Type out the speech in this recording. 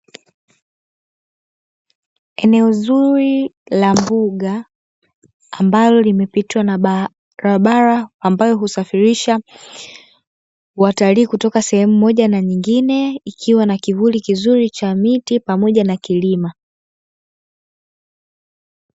Eneo zuri la mbuga, ambalo limepitwa na barabara ambayo husafirisha watalii kutoka sehemu moja na nyingine, ikiwa na kivuli kizuri cha miti pamoja na kilima.